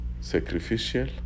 Sacrificial